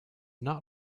not